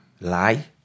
lie